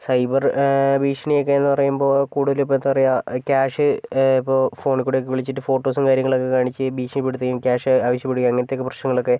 cyber ഭീക്ഷണിയക്കേന്ന് പറയുമ്പോൾ കൂടുതലും ഇപ്പോൾ എന്താ പറയാ ക്യാഷ് ഇപ്പോൾ ഫോണിക്കൂടെയൊക്കെ വിളിച്ചിട്ട് ഫോട്ടോസും കാര്യങ്ങളൊക്കെ കാണിച്ച് ഭീക്ഷണിപ്പെടുത്തുകയും ക്യാഷ് ആവശ്യപ്പെടുകയും അങ്ങനത്തെ പ്രശ്നങ്ങളൊക്കെ